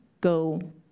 go